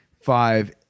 five